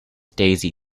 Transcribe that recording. daisy